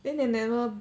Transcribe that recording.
then they never